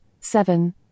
seven